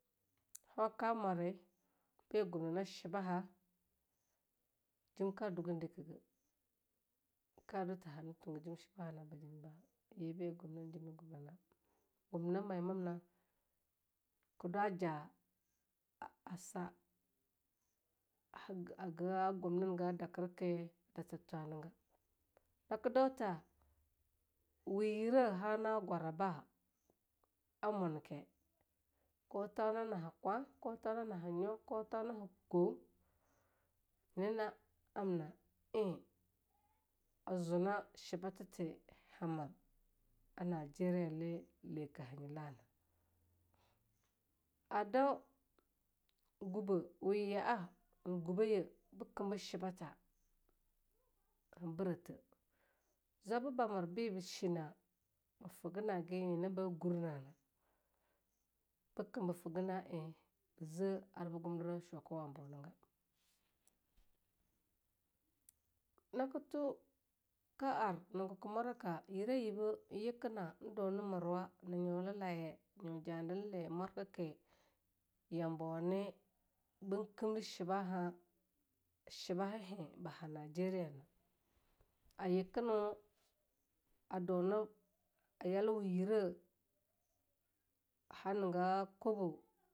Honka mwari bi gum nina shibaha, jim ka dugan ziki ga, ka duta hana tunge jim shibaha na ba jim ni ba'a, ye bi summinin jim na gumni jim na gumnia, gumninanm mayi mamna, ka dwa ja a sa, haga gumninga dakir, datir thwa niga. naka dautha wi yire ha na'a gwara ba'a a munke, ko thouna naha kwah thouna naha nyo, ko thouna ha koh nyina na amna eh a zuna shiba tati ha mirna a Nijeria lili ka hanye lana. a dau gubanh wi ya'a gubah ye bikam bu shibata han birate. zwababa mir be ba shina ba fisa nage nyina gurnana bikam ba figa naeh ba ze arbu gumdira shwaku abu naga. naka tu, ka ar na gwaka mwaraka yire yiba yikina en dina mirwa na nyula laye, nyu jandil le mwarkaki yambo ni bin kimdi shabaha, shiba ha hea ba ha Najeriya na a yikin wu a dunub, yalwi yire a niga kobo.